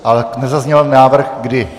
Ale nezazněl návrh kdy.